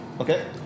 Okay